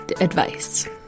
advice